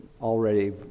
already